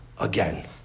again